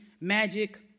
magic